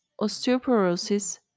osteoporosis